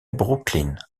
brooklyn